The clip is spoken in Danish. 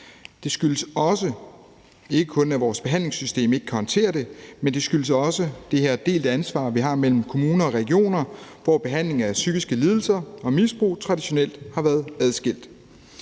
Det skyldes ikke kun, at vores behandlingssystem ikke kan håndtere det, men det skyldes også det her delte ansvar, vi har, mellem kommuner og regioner, hvor behandlingen af psykiske lidelser og misbrug traditionelt har været adskilt.